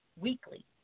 weekly